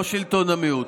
לא שלטון המיעוט.